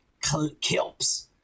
Kilps